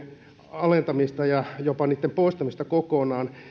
alentamista ja jopa niitten poistamista kokonaan